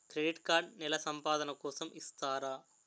Credit card నెల సంపాదన కోసం ఇస్తారా?